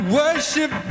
worship